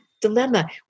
dilemma